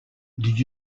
did